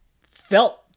felt